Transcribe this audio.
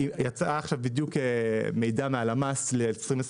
יצאה עכשיו בדיוק מידע מהלמ"ס ל-2021,